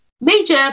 major